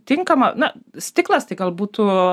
tinkama na stiklas tai gal būtų